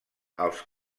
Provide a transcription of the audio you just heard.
els